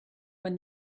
when